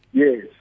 yes